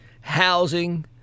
housing